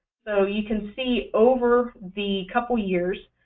so you can see over the couple years,